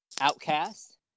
Outcast